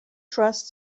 trust